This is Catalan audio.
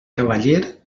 cavaller